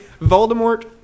Voldemort